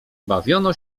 bawiono